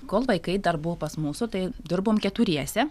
kol vaikai dar buvo pas mūsų tai dirbom keturiese